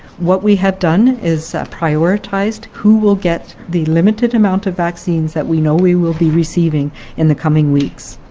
what we have done is prioritized who will get the limited amount of vaccines that we know we will be receiving in the coming weeks.